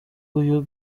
uyu